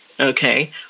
Okay